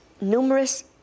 numerous